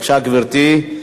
בבקשה, גברתי.